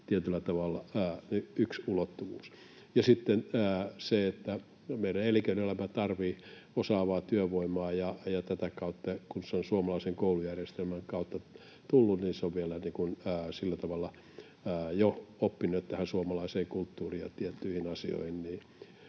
tietyllä tavalla yksi ulottuvuus. Ja sitten on se, että meidän elinkeinoelämä tarvitsee osaavaa työvoimaa, ja kun se on suomalaisen koulujärjestelmän kautta tullut, niin se on vielä sillä tavalla jo oppinut tähän suomalaiseen kulttuuriin ja tiettyihin asioihin.